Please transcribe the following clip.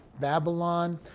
Babylon